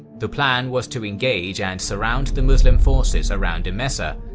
the plan was to engage and surround the muslim forces around emesa,